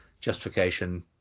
justification